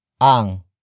ang